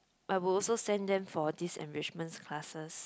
I will also send them for this enrichment classes